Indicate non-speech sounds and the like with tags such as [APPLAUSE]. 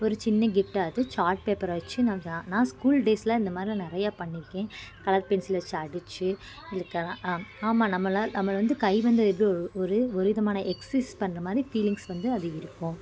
ஒரு சின்ன கிஃப்ட்டாவது சாட் பேப்பரை வச்சி நான் [UNINTELLIGIBLE] நான் ஸ்கூல் டேஸ்ல இந்தமாதிரிலாம் நிறைய பண்ணியிருக்கேன் கலர் பென்சிலை வச்சி அடிச்சு இதுக்கெல்லாம் ஆமாம் நம்மளை நம்மளை வந்து கை வந்து எப்படி ஒரு ஒரு விதமான எக்சிஸ் பண்ணுறமாரி ஃபீலிங்ஸ் வந்து அது இருக்கும்